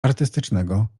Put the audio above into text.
artystycznego